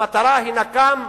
המטרה היא נקם,